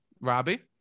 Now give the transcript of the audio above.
Robbie